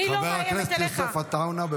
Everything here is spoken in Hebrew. אני לא מאיימת עליך.